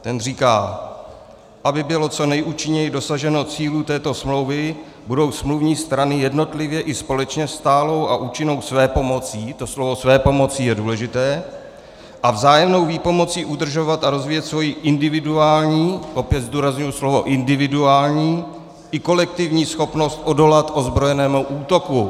Ten říká: Aby bylo co nejúčinněji dosaženo cílů této smlouvy, budou smluvní strany jednotlivě i společně stálou a účinnou svépomocí to slovo svépomocí je důležité a vzájemnou výpomocí udržovat a rozvíjet svoji individuální opět zdůrazňuji slovo individuální i kolektivní schopnost odolat ozbrojenému útoku.